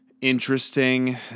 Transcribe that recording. Interesting